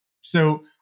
So-